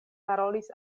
parolis